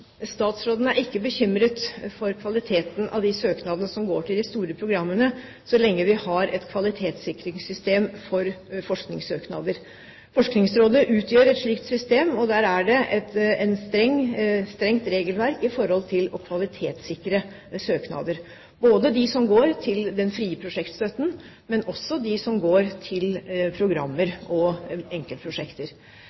Statsråden er ikke bekymret for kvaliteten på de søknadene som går til de store programmene, så lenge vi har et kvalitetssikringssystem for forskningssøknader. Forskningsrådet utgjør et slikt system, og der er det et strengt regelverk for å kvalitetssikre søknader, ikke bare de som går til den frie prosjektstøtten, men også de som går til programmer